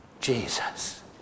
Jesus